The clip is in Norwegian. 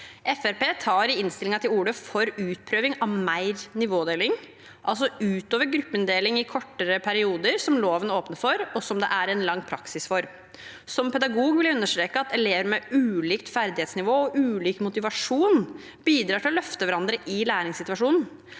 tar i innstillingen til orde for utprøving av mer nivådeling, altså utover gruppeinndeling i kortere perioder, som loven åpner for, og som det er en lang praksis for. Som pedagog vil jeg understreke at elever med ulikt ferdighetsnivå og ulik motivasjon bidrar til å løfte hverandre i læringssituasjonen.